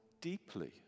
deeply